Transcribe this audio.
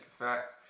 effect